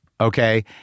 okay